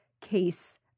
case